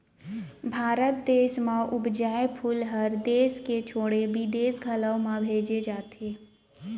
भारत देस म उपजाए फूल हर देस के छोड़े बिदेस घलौ म भेजे जाथे